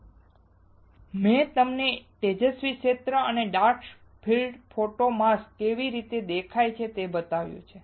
હવે મેં તમને તેજસ્વી ક્ષેત્ર અને ડાર્ક ફીલ્ડ ફોટો માસ્ક અને તે કેવી દેખાય છે તે બતાવ્યું છે